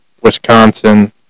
Wisconsin